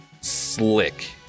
slick